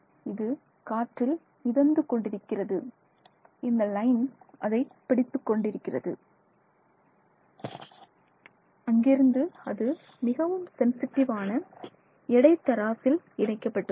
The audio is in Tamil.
இது காற்றில் மிதந்து கொண்டிருக்கிறது இந்த லைன் அதை பிடித்துக் கொண்டிருக்கிறது அங்கிருந்து அது மிகவும் சென்சிட்டிவான எடை தராசு தராசில் இணைக்கப்பட்டுள்ளது